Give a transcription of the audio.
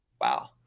wow